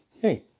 Hey